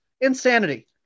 Insanity